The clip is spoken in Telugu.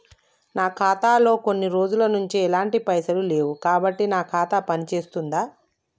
నా ఖాతా లో కొన్ని రోజుల నుంచి ఎలాంటి పైసలు లేవు కాబట్టి నా ఖాతా పని చేస్తుందా?